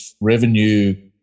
revenue